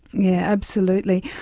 yeah absolutely.